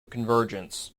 convergence